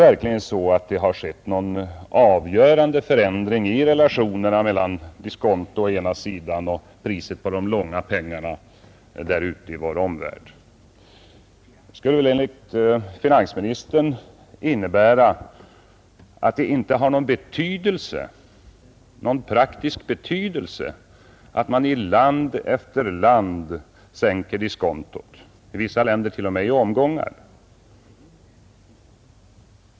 Har det skett någon avgörande förändring i relationerna mellan diskontot å ena sidan och priset på de långa pengarna där ute i vår omvärld å andra sidan? Det skulle enligt finansministern innebära att det inte har någon praktisk betydelse att man i land efter land sänker diskontot, i vissa länder t.o.m. i omgångar.